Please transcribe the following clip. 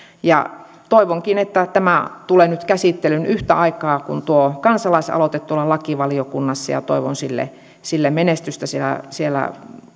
toivonkin että tämä tulee nyt käsittelyyn yhtä aikaa kuin tuo kansalaisaloite lakivaliokunnassa ja toivon sille sille menestystä siellä